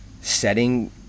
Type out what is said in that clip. setting